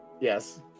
Yes